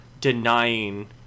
denying